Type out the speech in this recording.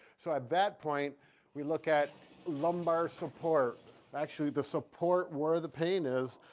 so at that point we look at lumbar support actually the support where the pain is,